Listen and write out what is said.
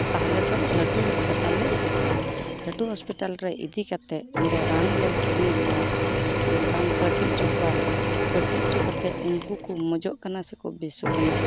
ᱛᱟᱦᱞᱮ ᱫᱚ ᱞᱟᱹᱴᱩ ᱦᱚᱸᱥᱯᱟᱛᱟᱞ ᱞᱮ ᱤᱫᱤ ᱠᱚᱣᱟ ᱞᱟᱹᱴᱩ ᱦᱚᱸᱥᱯᱤᱴᱟᱞ ᱨᱮ ᱤᱫᱤ ᱠᱟᱛᱮᱫ ᱚᱸᱰᱮ ᱨᱟᱱ ᱞᱮ ᱠᱤᱨᱤᱧᱟᱠᱚᱣᱟ ᱥᱮ ᱵᱟᱝ ᱯᱟᱴᱤ ᱦᱚᱪᱚ ᱠᱚᱣᱟᱞᱮ ᱯᱟᱹᱴᱤ ᱦᱚᱪᱚ ᱠᱟᱛᱮᱫ ᱩᱝᱠᱩ ᱠᱚ ᱢᱚᱡᱚᱜ ᱠᱟᱱᱟ ᱥᱮ ᱵᱮᱥᱚᱜ ᱠᱟᱱᱟ